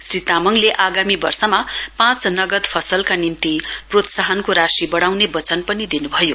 श्री तामाङले आगामी वर्षमा पाँच नगद फसलका निम्ति प्रोत्साहनको राशि बढाउने वचन पनि दिनुभयो